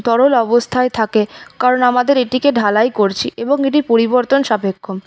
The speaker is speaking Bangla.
তরল অবস্থায় থাকে কারণ আমদের এটিকে ঢালাই করছি এবং এটি পরিবর্তন সাপেক্ষ